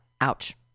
ouch